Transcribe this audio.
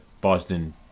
Boston